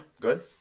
good